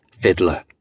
Fiddler